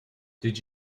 did